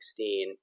2016